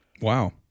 wow